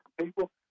people